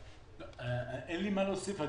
אין לי מה להוסיף.